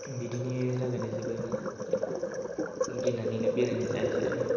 बिदिनि थाखायनो जेबो गिनानैनो बेरायनाय जायासै आरो